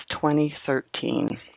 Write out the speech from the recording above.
2013